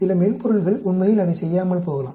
சில மென்பொருள்கள் உண்மையில் அதைச் செய்யாமல் போகலாம்